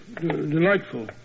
Delightful